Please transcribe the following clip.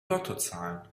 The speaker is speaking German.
lottozahlen